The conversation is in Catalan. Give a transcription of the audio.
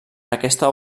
aquesta